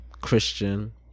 Christian